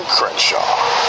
Crenshaw